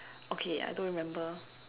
okay I don't remember